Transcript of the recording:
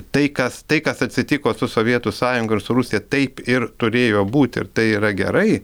tai kas tai kas atsitiko su sovietų sąjunga ir su rusija taip ir turėjo būti ir tai yra gerai